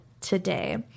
today